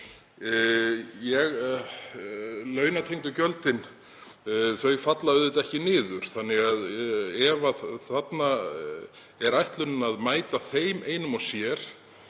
Launatengdu gjöldin falla auðvitað ekki niður. Ef þarna er ætlunin að mæta þeim einum og sér